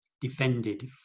defended